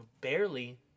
barely